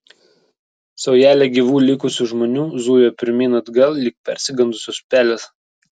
saujelė gyvų likusių žmonių zujo pirmyn atgal lyg persigandusios pelės